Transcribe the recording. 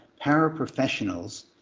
paraprofessionals